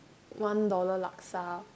one dollar laksa